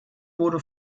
wurde